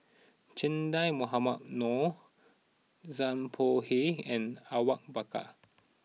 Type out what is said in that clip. Che Dah Mohamed Noor Zhang Bohe and Awang Bakar